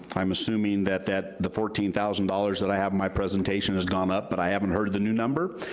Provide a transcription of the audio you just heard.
i'm assuming that that, the fourteen thousand dollars that i have in my presentation has gone up, but i haven't heard the new number.